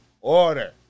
order